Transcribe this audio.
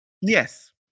Yes